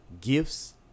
gifts